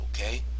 okay